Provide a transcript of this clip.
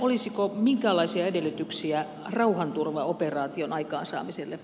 olisiko minkäänlaisia edellytyksiä rauhanturvaoperaation aikaansaamiselle